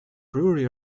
brewery